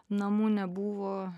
namų nebuvo